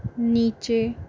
नीचे